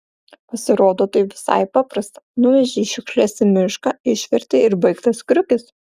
pasirodo tai visai paprasta nuvežei šiukšles į mišką išvertei ir baigtas kriukis